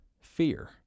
fear